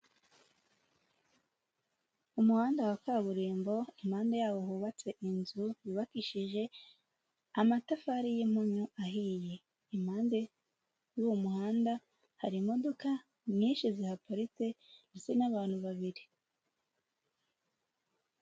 Umuhanda wa kaburimbo impande yawo hubatse inzu, yubakishije amatafari y'impunyu ahiye, impande y'uwo muhanda hari imodoka nyinshi zihaparitse ndetse n'abantu babiri.